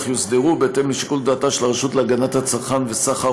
יוסדרו בהתאם לשיקול דעתה של הרשות להגנת הצרכן וסחר